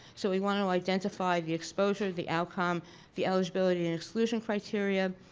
so we want to identify the exposure the outcome the eligibility and exclusion criteria,